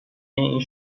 این